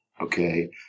okay